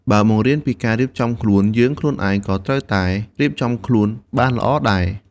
បើបង្រៀនពីការរៀបចំខ្លួន យើងខ្លួនឯងក៏ត្រូវតែរៀបចំខ្លួនបានល្អដែរ។